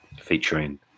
featuring